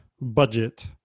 budget